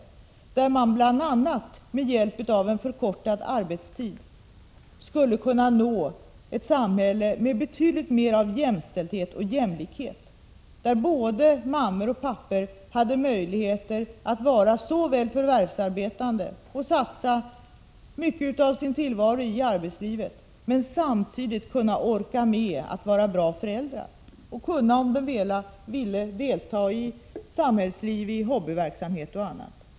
Där beskrevs hur man bl.a. med hjälp av en förkortad arbetstid skulle kunna få ett samhälle med betydligt mer av jämställdhet och jämlikhet, ett samhälle där både mammor och pappor har möjlighet att samtidigt som de är förvärvsarbetande och satsar mycket av sin tillvaro i arbetslivet orkar med att vara bra föräldrar och att, om de vill, delta i samhällsliv, hobbyverksamhet och annat.